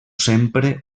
sempre